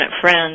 Friends